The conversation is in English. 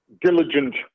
diligent